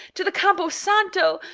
to the campo santo,